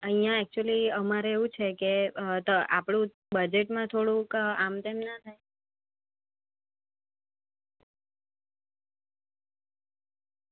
અહીંયા એકચ્યુલી અમારે એવું છે કે આપણું બજેટમાં થોડુંક આમતેમ ન થાય